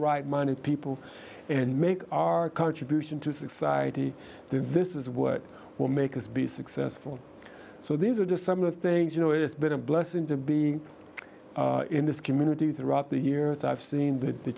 right minded people and make our contribution to society this is what will make us be successful so these are just some of the things you know it's been a blessing to be in this community throughout the years i've seen the